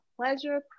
Pleasure